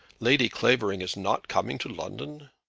lady clavering is not coming to london?